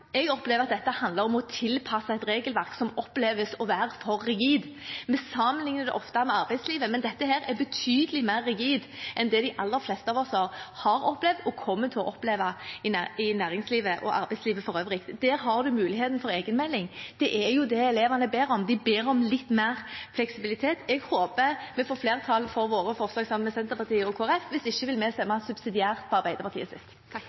Jeg opplever at dette handler om å tilpasse et regelverk som oppleves å være for rigid. Vi sammenlikner det ofte med arbeidslivet, men dette er betydelig mer rigid enn det de aller fleste av oss har opplevd – og kommer til å oppleve – i næringslivet og arbeidslivet for øvrig. Der har man muligheten for egenmelding. Det er jo det elevene ber om. De ber om litt mer fleksibilitet. Jeg håper vi får flertall for våre forslag, som vi har sammen med Senterpartiet, Sosialistisk Venstreparti og Kristelig Folkeparti. Hvis ikke vil